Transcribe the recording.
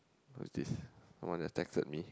what's this someone just texted me